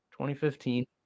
2015